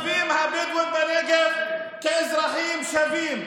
לתושבים הבדואים בנגב כאזרחים שווים.